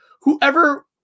whoever